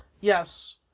yes